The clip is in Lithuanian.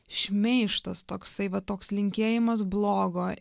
šmeižtas toksai va toks linkėjimas blogo